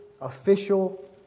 official